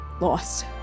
lost